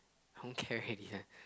I don't care already eh